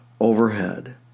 overhead